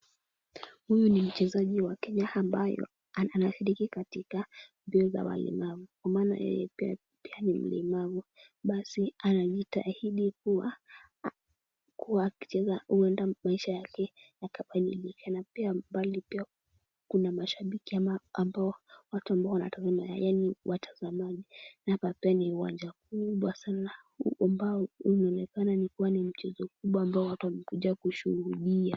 Huyu ni mchezaji wa Kenya ambaye ananahiri katika mbio za walemavu, kwa maana yeye pia ni mlemavu. Basi anajitahidi kuwa, akicheza huenda maisha yake yakabadilika. Na pia mbali pia kuna mashabiki, ama watu ambao wanatazama yaani watazamaji. Na hapa pia uwanja kubwa sana, ambao unaonekana kuwa ni mchezo mkubwa ambao walikuja kushuhudia.